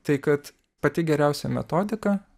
tai kad pati geriausia metodika